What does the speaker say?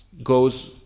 goes